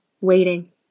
waiting